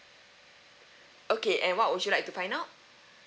okay and what would you like to find out